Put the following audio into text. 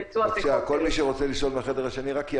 כל מי שרוצה לשאול מהחדר השני יש